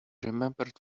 remembered